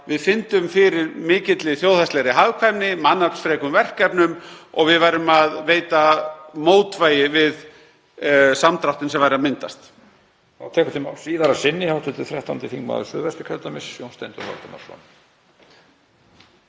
við fyndum fyrir mikilli þjóðhagslegri hagkvæmni, mannaflsfrekum verkefnum og við værum að veita mótvægi við samdráttinn sem væri að myndast.